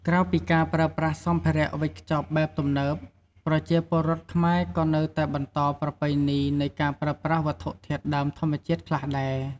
ក្រៅពីការប្រើប្រាស់សម្ភារៈវេចខ្ចប់បែបទំនើប ប្រជាពលរដ្ឋខ្មែរក៏នៅតែបន្តប្រពៃណីនៃការប្រើប្រាស់វត្ថុធាតុដើមធម្មជាតិខ្លះដែរ។